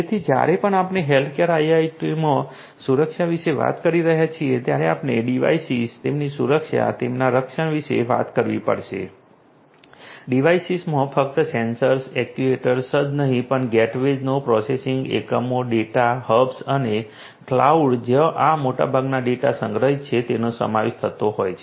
તેથી જ્યારે પણ આપણે હેલ્થકેર આઈઓટીમાં સુરક્ષા વિશે વાત કરી રહ્યા છીએ ત્યારે આપણે ડિવાઇસીસ તેમની સુરક્ષા તેમના રક્ષણ વિશે વાત કરવી પડશે ડિવાઇસમાં ફક્ત સેન્સરર્સ એક્ટ્યુએટર્સ જ નહીં પણ ગેટવેઝનો પ્રોસેસિંગ એકમો ડેટા હબ્સ અને ક્લાઉડ જ્યાં આ મોટાભાગના ડેટા સંગ્રહિત છે નો સમાવેશ થતો હોય છે